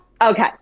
Okay